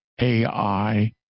AI